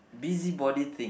busybody thing